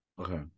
okay